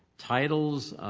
titles